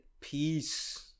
peace